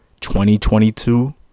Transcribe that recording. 2022